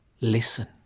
listen